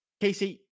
Casey